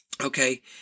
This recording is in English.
Okay